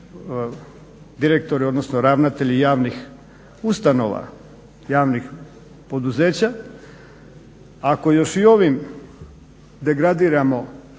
direktori, odnosno ravnatelji javnih ustanova, javnih poduzeća. Ako još i ovim degradiramo